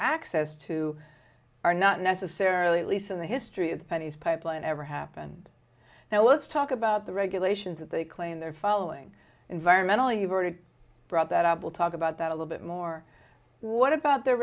access to are not necessarily at least in the history of the pennies pipeline ever happened now let's talk about the regulations that they claim they're following environmental you've already brought that up we'll talk about that a little bit more what about the